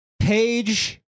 Page